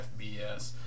FBS